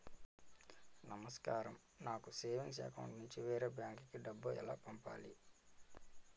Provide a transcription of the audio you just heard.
నమస్కారం నాకు savings account నుంచి వేరే బ్యాంక్ కి డబ్బు ఎలా పంపాలి?